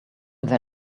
they